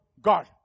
God